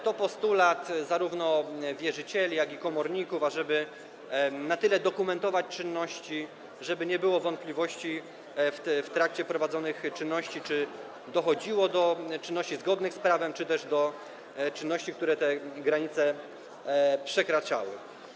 To postulat zarówno wierzycieli, jak i komorników, ażeby na tyle dokumentować czynności, żeby nie było wątpliwości - w trakcie prowadzonych czynności - czy dochodziło do czynności zgodnych z prawem, czy też do czynności, które te granice przekraczały.